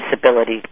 disability